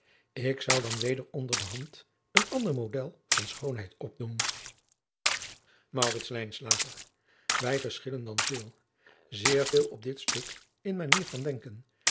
ik zou dan weder onder de hand een ander model van schoonheid opdoen maurits lijnslager wij verschillen dan veel zeer veel op dit stuk in manier van denken